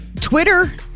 Twitter